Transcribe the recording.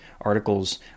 articles